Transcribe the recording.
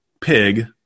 pig